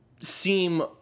seem